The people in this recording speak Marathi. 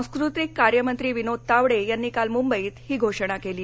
संस्कृती मंत्री विनोद तावडे यांनी काल मुंबईत ही घोषणा केली